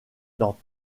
dans